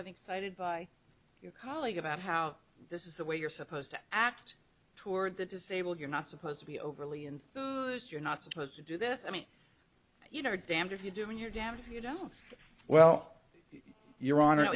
think cited by your colleague about how this is the way you're supposed to act toward the disabled you're not supposed to be overly in food you're not supposed to do this i mean you know damned if you do when you're damned if you don't well your honor